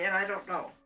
and i don't know.